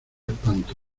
espanto